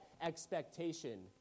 expectation